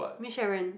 Ms Sharon